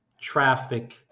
traffic